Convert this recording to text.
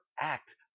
act